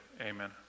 Amen